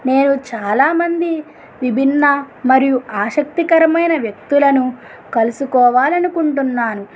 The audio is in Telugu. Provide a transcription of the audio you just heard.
నేను చాలా మంది విభిన్న మరియు ఆసక్తికరమైన వ్యక్తులను కలుసుకోవాలి అనుకుంటున్నాను